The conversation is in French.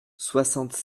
soixante